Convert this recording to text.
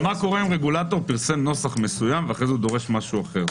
ומה אם רגולטור פרסם נוסח מסוים ואחרי כן הוא דורש משהו אחר?